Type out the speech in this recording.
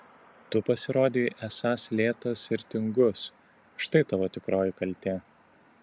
tu pasirodei esąs lėtas ir tingus štai tavo tikroji kaltė